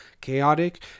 chaotic